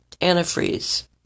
antifreeze